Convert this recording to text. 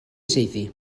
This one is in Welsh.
saethu